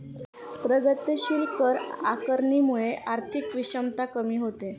प्रगतीशील कर आकारणीमुळे आर्थिक विषमता कमी होते